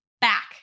back